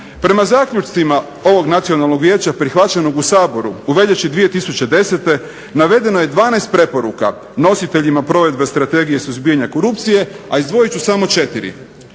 Prema zaključcima ovog Nacionalnog vijeća prihvaćenog u Saboru u veljači 2010. navedeno je 12 preporuka nositeljima provedbe Strategije suzbijanja korupcije, a izdvojit ću samo 4.